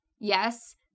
Yes